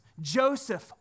Joseph